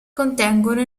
contengono